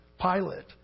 Pilate